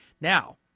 Now